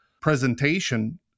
presentation